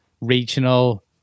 regional